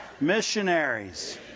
missionaries